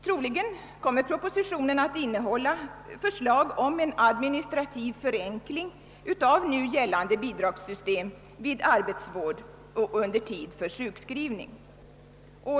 Troligen kommer propositionen att innehålla förslag om en administrativ förenkling av nu gällande bidragssystem vid arbetsvård under tid för sjukskrivning.